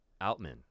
Outman